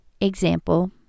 example